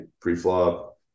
pre-flop